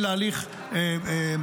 הן להליך מינהלי,